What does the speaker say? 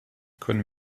können